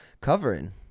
covering